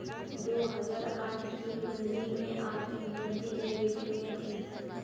दो हजार आठ की मंदी में आर्थिक वृद्धि नेगेटिव में थी